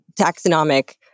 taxonomic